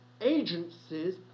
agencies